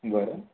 बरं